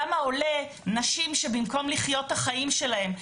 כמה עולה נשים שבמקום לחיות את החיים שלהן,